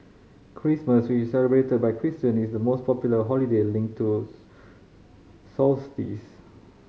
Christmas which celebrated by Christian is the most popular holiday linked to solstice